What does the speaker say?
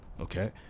Okay